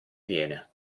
viene